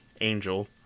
angel